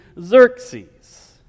Xerxes